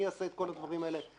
אני אעשה את כל הדברים האלה עבורך.